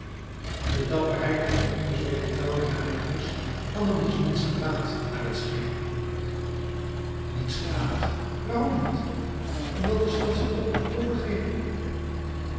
de dapperheid en de onbezweken trouw der haarlemmers hadden dus niets gebaat naar het scheen niets gebaat waarom niet omdat de stad zich toch moest overgeven